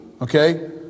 okay